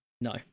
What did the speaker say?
No